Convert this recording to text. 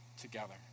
together